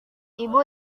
ibu